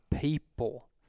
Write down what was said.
people